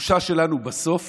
התחושה שלנו בסוף